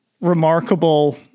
remarkable